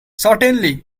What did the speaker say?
certainly